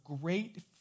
great